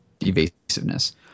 evasiveness